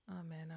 Amen